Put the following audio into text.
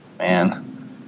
man